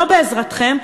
לא בעזרתכם,